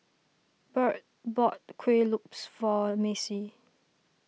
Byrd bought Kueh Lopes for Mace